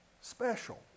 special